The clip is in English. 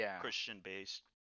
Christian-based